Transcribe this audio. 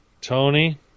Tony